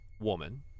woman